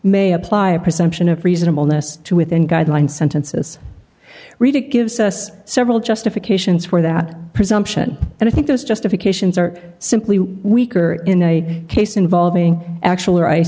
may apply a presumption of reasonableness to within guideline sentences read it gives us several justifications for that presumption and i think those justifications are simply weaker in a case involving actual